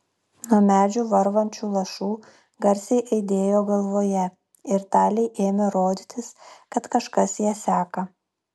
nuo medžių varvančių lašų garsai aidėjo galvoje ir talei ėmė rodytis kad kažkas ją seka